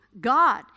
God